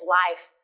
life